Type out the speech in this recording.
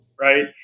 right